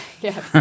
Yes